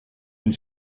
une